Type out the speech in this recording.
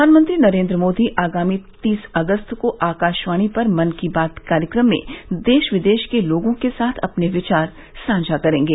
प्रधानमंत्री नरेंद्र मोदी आगामी तीस अगस्त को आकाशवाणी पर मन की बात कार्यक्रम में देश विदेश को लोगों के साथ अपने विचार साझा करेंगे